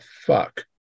fuck